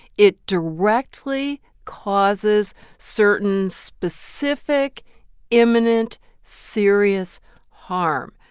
it directly causes certain specific imminent serious harm,